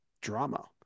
drama